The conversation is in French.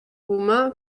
roumain